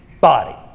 body